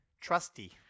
Trusty